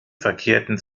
verkehrten